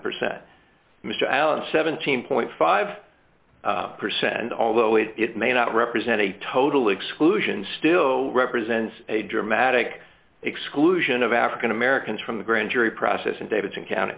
percent mr allen seventeen five percent and although it may not represent a total exclusion still represents a dramatic exclusion of african americans from the grand jury process in davidson county